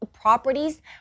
properties